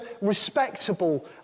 respectable